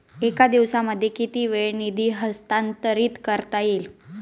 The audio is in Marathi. एका दिवसामध्ये किती वेळा निधी हस्तांतरीत करता येईल?